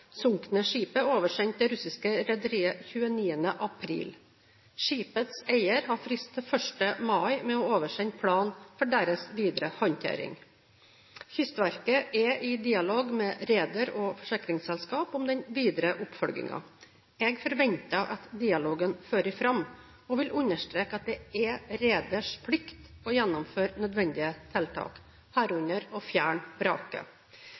sunkne skipet oversendt det russiske rederiet 29. april. Skipets eier har frist til 1. mai med å oversende plan for deres videre håndtering. Kystverket er i dialog med reder og forsikringsselskap om den videre oppfølgingen. Jeg forventer at dialogen fører fram, og vil understreke at det er reders plikt å gjennomføre nødvendige tiltak, herunder å fjerne